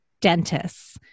dentists